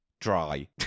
Dry